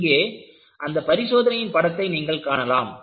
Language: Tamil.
இங்கே அந்த பரிசோதனையின் படத்தை நீங்கள் காணலாம்